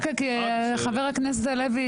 רק חבר הכנסת הלוי,